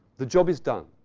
the job is done.